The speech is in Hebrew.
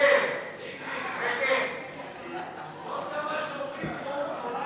משרד התחבורה והבטיחות, לשנת התקציב 2016, בדבר